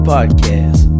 Podcast